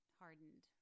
hardened